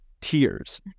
Tears